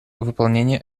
выполнение